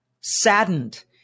saddened